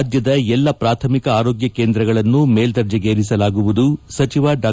ರಾಜ್ಯದ ಎಲ್ಲಾ ಪ್ರಾಥಮಿಕ ಆರೋಗ್ಯ ಕೇಂದ್ರಗಳನ್ನು ಮೇಲ್ವರ್ಜೆಗೇರಿಸಲು ತ್ರಮ ಸಚಿವ ಡಾ